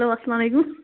hello اسلامُ علیکُم